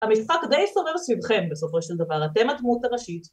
המשחק די סובב סביבכם, בסופו של דבר. אתם הדמות הראשית